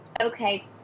Okay